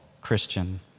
Christian